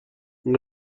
این